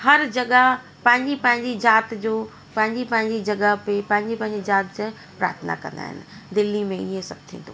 हर जॻह पंहिंजी पंहिंजी ज़ाति जो पंहिंजी पंहिंजी जॻह पे पंहिंजी पंहिंजी ज़ाति जे प्रार्थना कंदा आहिनि दिल्ली में इहे सभु थींदो आहे